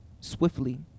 swiftly